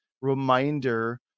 reminder